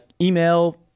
email